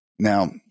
Now